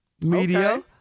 Media